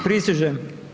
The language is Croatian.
Prisežem.